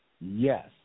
Yes